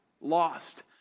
lost